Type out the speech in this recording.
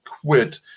quit